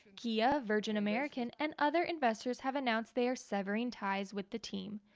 kia, virgin american and other investors have announced they are severing ties with the team.